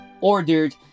ordered